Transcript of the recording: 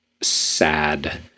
sad